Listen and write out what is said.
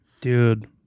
Dude